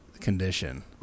condition